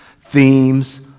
themes